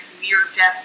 near-death